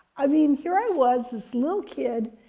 i mean, here i was, this little kid,